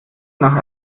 nach